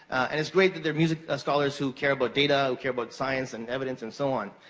and it's great that there are music scholars who care about data, who care about science, and evidence and so on.